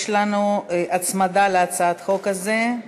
יש לנו הצמדה להצעת החוק הזו,